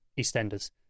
EastEnders